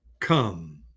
come